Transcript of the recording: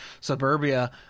suburbia